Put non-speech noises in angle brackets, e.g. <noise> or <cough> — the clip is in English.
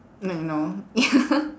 like you know ya <laughs>